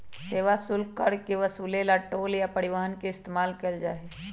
सेवा शुल्क कर के वसूले ला टोल या परिवहन के इस्तेमाल कइल जाहई